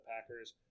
Packers